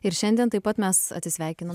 ir šiandien taip pat mes atsisveikinam